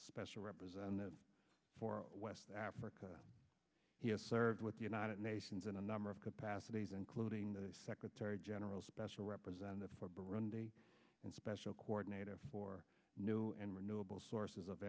special representative for west africa he has served with the united nations in a number of capacities including the secretary general's special representative for burundi and special coordinator for new and renewable sources of